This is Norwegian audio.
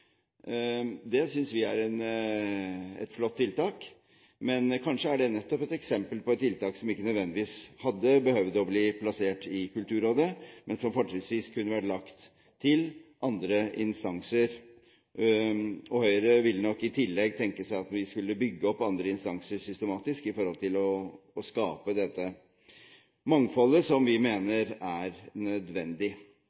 Det synes vi er et flott tiltak, men kanskje er det nettopp et eksempel på et tiltak som ikke nødvendigvis hadde behøvd å bli plassert i Kulturrådet, men som fortrinnsvis kunne vært lagt til andre instanser. Vi i Høyre kunne nok i tillegg tenke oss at vi skulle bygge opp andre instanser systematisk, med tanke på å skape dette mangfoldet som vi